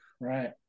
Right